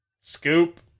Scoop